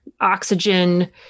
Oxygen